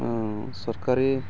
सरखारि